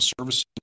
services